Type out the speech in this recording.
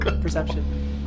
perception